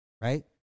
Right